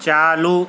چالو